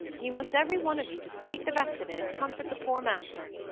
you must every one of you just make the best of it, and comfort the poor master.